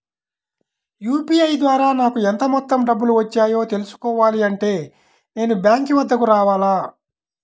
UPI ద్వారా నాకు ఎంత మొత్తం డబ్బులు వచ్చాయో తెలుసుకోవాలి అంటే నేను బ్యాంక్ వద్దకు రావాలా?